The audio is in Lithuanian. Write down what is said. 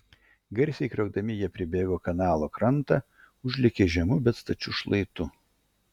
garsiai kriokdami jie pribėgo kanalo krantą užlėkė žemu bet stačiu šlaitu